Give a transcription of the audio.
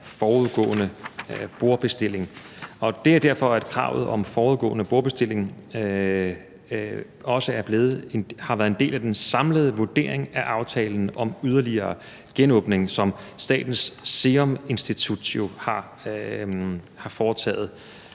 forudgående bordbestilling. Det er derfor, kravet om forudgående bordbestilling også har været en del af den samlede vurdering af aftalen om yderligere genåbning, som Statens Serum Institut jo har foretaget.